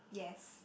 yes